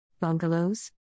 Bungalows